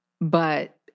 But-